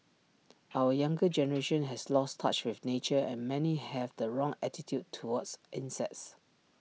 our younger generation has lost touch with nature and many have the wrong attitude towards insects